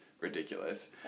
ridiculous